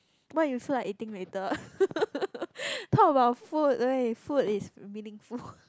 what you feel like eating later talk about food leh food is meaningful